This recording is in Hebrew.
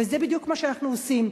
זה בדיוק מה שאנחנו עושים.